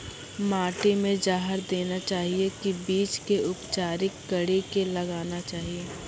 माटी मे जहर देना चाहिए की बीज के उपचारित कड़ी के लगाना चाहिए?